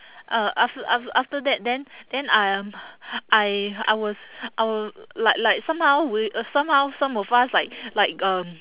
uh aft~ aft~ after that then then I am I I was our like like somehow we somehow some of us like like um